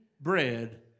bread